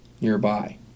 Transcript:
nearby